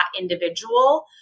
individual